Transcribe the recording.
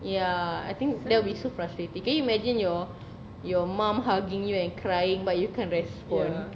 ya I think there'll be so frustrating you imagine your your mum hugging you and crying but you can't respond